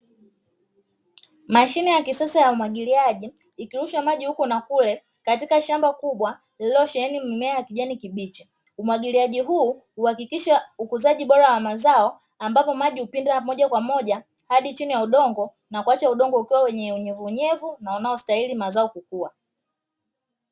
Mashine ya kisasa ya umwagiliaji ikirusha maji huku na kule katika shamba kubwa lilosheheni mimea ya kijani kibichi. Umwagiliaji huu uhakikisha ukuzaji bora wa mazao ambapo maji hupita moja kwa moja hadi chini ya udongo na kuacha udongo ukiwa wenye unyevu unyevu na unaostahili mazao kukua.